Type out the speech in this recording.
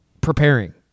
preparing